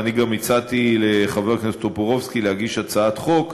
אבל אני גם הצעתי לחבר הכנסת טופורובסקי להגיש הצעת חוק,